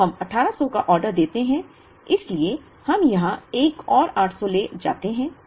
तो हम 1800 का ऑर्डर देते हैं इसलिए हम यहां एक और 800 ले जाते हैं